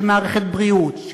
של מערכת בריאות,